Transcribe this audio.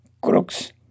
crooks